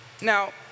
Now